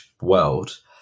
world